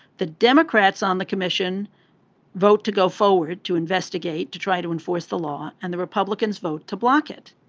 the democrats on the commission vote to go forward to investigate to try to enforce the law. and the republicans vote to block it